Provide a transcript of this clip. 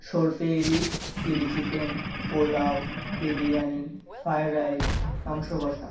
সরষে ইলিশ chilli chicken pulao biryani fried rice মাংস কষা